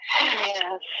Yes